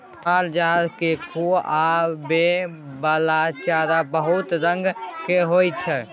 मालजाल केँ खुआबइ बला चारा बहुत रंग केर होइ छै